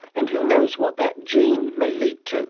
and who knows what that gene may lead to